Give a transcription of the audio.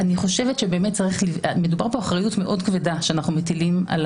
מדובר כאן באחריות מאוד כבדה שאנחנו מטילים על